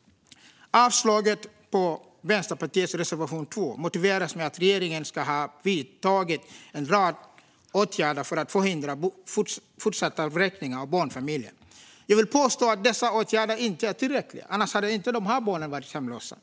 - avslaget på Vänsterpartiets reservation 2 motiveras med att regeringen ska ha vidtagit en rad åtgärder för att förhindra fortsatta vräkningar av barnfamiljer. Jag vill påstå att dessa åtgärder inte är tillräckliga. Annars hade inte dessa barn varit hemlösa.